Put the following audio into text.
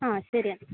ആ ശരി ആനി